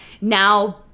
Now